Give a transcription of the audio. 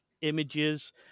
images